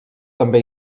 també